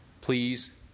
Please